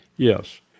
Yes